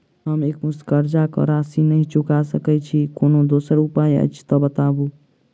हम एकमुस्त कर्जा कऽ राशि नहि चुका सकय छी, कोनो दोसर उपाय अछि तऽ बताबु?